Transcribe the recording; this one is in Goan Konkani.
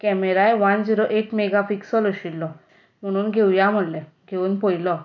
कॅमेराय वन झिरो एट मॅगापिक्सल आशिलो म्हणून घेवया म्हणलें घेवन पळयलो